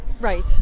Right